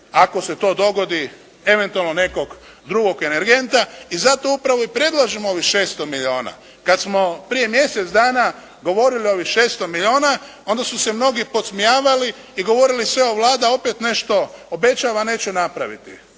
ako se to dogodi eventualno nekog drugog energenta i zato upravo i predlažemo ovih 600 milijuna. Kad smo prije mjesec dana govorili o ovih 600 milijuna onda su se mnogi podsmijavali i govorili su: «Evo Vlada opet nešto obećava, a neće napraviti.»